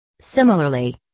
Similarly